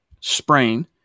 Sprain